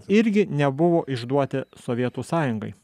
irgi nebuvo išduoti sovietų sąjungai